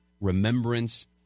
remembrance